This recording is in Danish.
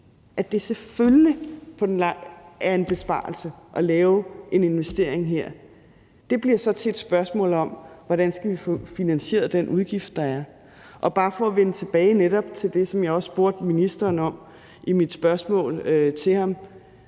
at det selvfølgelig er en besparelse at lave en investering her, bliver så til et spørgsmål om, hvordan vi skal få finansieret den udgift, der er. Og der vil jeg vende tilbage til det, som jeg spurgte ministeren om i mit spørgsmål til ham.